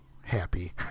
happy